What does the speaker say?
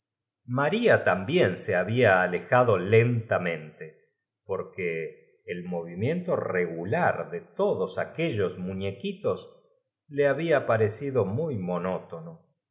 también se babfa alejado lentamente porque el movimiento r g ula de f g todos aquellos muiieq uitos lo habla pnecido muy monótono